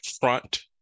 front